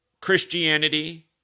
Christianity